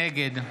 נגד